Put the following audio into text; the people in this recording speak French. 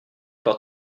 par